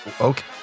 okay